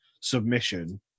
submission